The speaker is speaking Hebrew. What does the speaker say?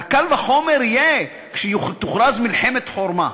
והקל וחומר יהיה כשתוכרז מלחמת חורמה.